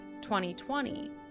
2020